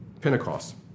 Pentecost